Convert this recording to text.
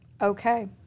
Okay